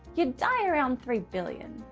you'd die around three billion.